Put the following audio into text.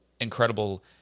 incredible